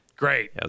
Great